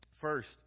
First